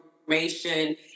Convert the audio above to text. information